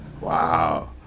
Wow